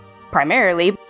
primarily